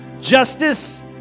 justice